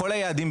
בכל היעדים,